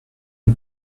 the